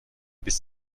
bis